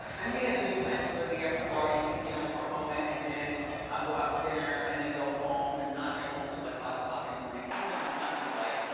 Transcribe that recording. and we had the big plans to go to the after party you know for a moment and then i'll go out for dinner and then go home and not get home until like five o'clock in the morning. even our son was like,